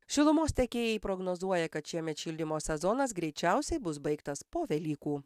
šilumos tiekėjai prognozuoja kad šiemet šildymo sezonas greičiausiai bus baigtas po velykų